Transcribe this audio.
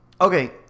okay